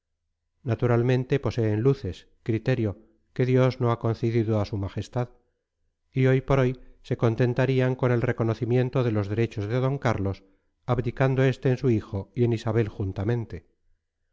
criterio que dios no ha concedido a s m y hoy por hoy se contentarían con el reconocimiento de los derechos de d carlos abdicando este en su hijo y en isabel juntamente